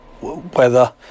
weather